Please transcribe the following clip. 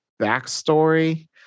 backstory